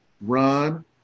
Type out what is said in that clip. run